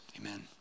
Amen